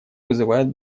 вызывает